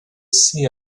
see